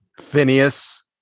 Phineas